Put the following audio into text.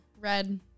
red